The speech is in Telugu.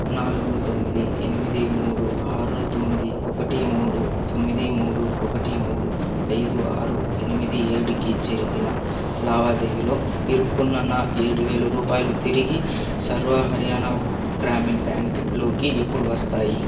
నాలుగు తొమ్మిది ఎనిమిది మూడు ఆరు తొమ్మిది ఒకటి మూడు తొమ్మిది మూడు ఒకటి మూడు ఐదు ఆరు ఎనిమిది ఏడు కి జరిపిన లావాదేవీలో ఇరుక్కున్న నా ఏడు వేల రూపాయలు తిరిగి సర్వ హర్యానా గ్రామీణ్ బ్యాంక్లోకి ఎప్పుడు వస్తాయి